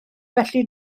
felly